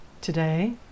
today